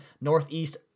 Northeast